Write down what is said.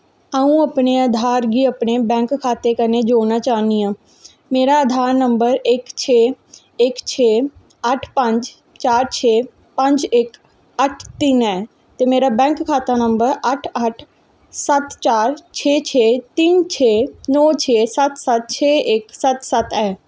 अ'ऊं अपने आधार गी अपने बैंक खाते कन्नै जोड़ना चाह्न्नां मेरा आधार नंबर इक छे इक छे अट्ठ पंज छे चार छे पंज इक अट्ठ तिन्न ऐ ते मेरा बैंक खाता नंबर अट्ठ अट्ठ सत्त चार छे छे तिन्न छे नौ छे सत्त सत्त छे इक सत्त सत्त ऐ ऐ